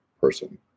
person